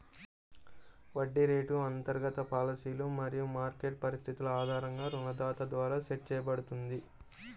వడ్డీ రేటు అంతర్గత పాలసీలు మరియు మార్కెట్ పరిస్థితుల ఆధారంగా రుణదాత ద్వారా సెట్ చేయబడుతుంది